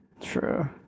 true